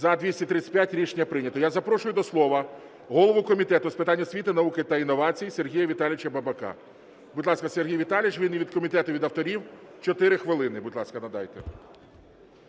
За-235 Рішення прийнято. Я запрошую до слова голову Комітету з питань освіти, науки та інновацій Сергія Віталійовича Бабака. Будь ласка, Сергій Віталійович, ви і від комітету, і від авторів – 4 хвилини, будь ласка, надайте.